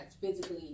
physically